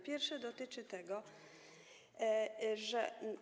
Pierwsze dotyczy tego, że.